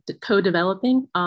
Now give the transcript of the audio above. co-developing